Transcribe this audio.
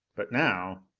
but now.